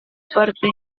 parte